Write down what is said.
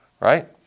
right